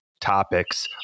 topics